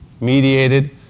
mediated